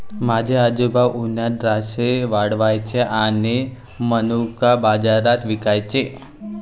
माझे आजोबा उन्हात द्राक्षे वाळवायचे आणि मनुका बाजारात विकायचे